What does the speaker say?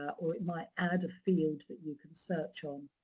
or it might add a field that you can search on.